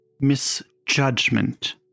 misjudgment